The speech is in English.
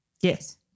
yes